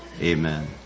Amen